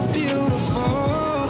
beautiful